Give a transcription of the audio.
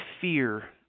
fear